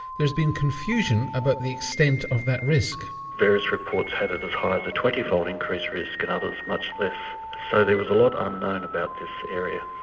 there's been confusion about the extent of that risk. various reports had it as high as a twentyfold increased risk and others much less. so there was a lot unknown about this area.